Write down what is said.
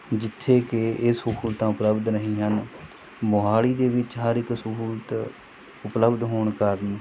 ਜਿੱਥੇ ਕਿ ਇਹ ਸਹੂਲਤਾਂ ਉਪਲਬਧ ਨਹੀਂ ਹਨ ਮੋਹਾਲੀ ਦੇ ਵਿੱਚ ਹਰ ਇੱਕ ਸਹੂਲਤ ਉਪਲਬਧ ਹੋਣ ਕਾਰਨ